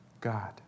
God